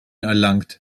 erlangt